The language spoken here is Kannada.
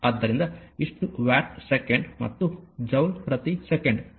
ಆದ್ದರಿಂದ ಇಷ್ಟು ವ್ಯಾಟ್ ಸೆಕೆಂಡ್ ಮತ್ತು ಜೌಲ್ ಪ್ರತಿ ಸೆಕೆಂಡ್ ವ್ಯಾಟ್